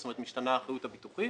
זאת אומרת, משתנה האחריות הביטוחית.